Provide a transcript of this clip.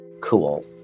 cool